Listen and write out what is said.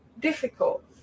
difficult